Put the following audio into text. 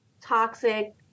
toxic